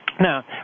Now